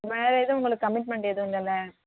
வேற எதுவும் உங்களுக்கு கமிட்மெண்ட் ஏதுவும் இல்லைல்ல